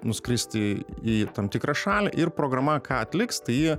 nuskristi į tam tikrą šalį ir programa ką atliks tai ji